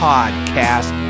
Podcast